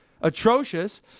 Atrocious